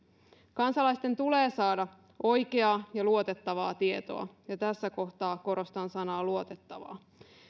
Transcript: kansalaisten tulee saada oikeaa ja luotettavaa tietoa ja tässä kohtaa korostan sanaa luotettavaa